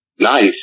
Nice